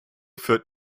führt